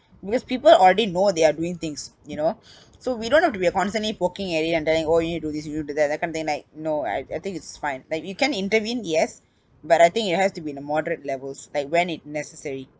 because people already know they're doing things you know so we don't have to be a constantly poking at it and telling oh you need to do this you need to do that that kinda thing like no I I think it's fine like you can intervene yes but I think it has to be in a moderate levels like when it necessary